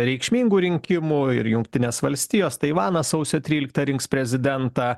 reikšmingų rinkimų ir jungtinės valstijos taivanas sausio tryliktą rinks prezidentą